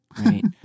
Right